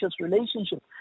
relationship